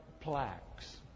plaques